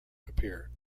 appeared